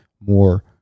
more